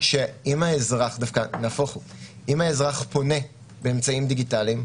אם האזרח פונה באמצעים דיגיטליים,